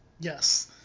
Yes